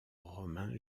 romain